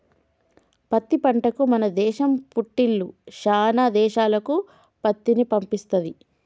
పత్తి పంటకు మన దేశం పుట్టిల్లు శానా దేశాలకు పత్తిని పంపిస్తది